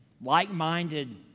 like-minded